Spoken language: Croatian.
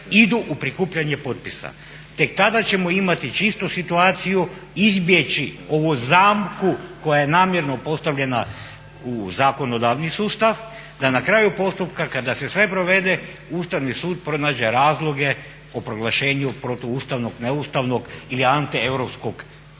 idu u prikupljanje potpisa. Tek tada ćemo imati čistu situaciju izbjeći ovu zamku koja je namjerno postavljena u zakonodavni sustav, da na kraju postupka kada se sve provede Ustavni sud pronađe razloge o proglašenju protuustavnog neustavnog ili anti europskog da